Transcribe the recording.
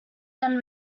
then